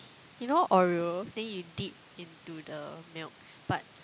you know Oreo then you dip into the milk but